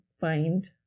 find